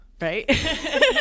right